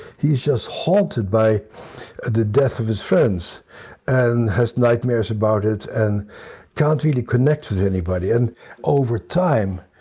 he's just haunted by the death of his friends and has nightmares about it and continue to connect with anybody. and over time,